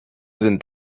sind